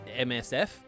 MSF